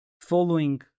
following